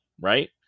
right